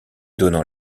donnant